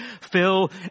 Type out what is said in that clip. Fill